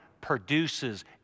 produces